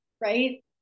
right